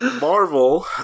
Marvel